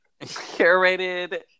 curated